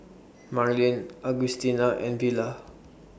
Marlyn Augustina and Villa